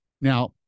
Now